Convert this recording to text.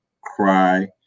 cry